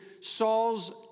Saul's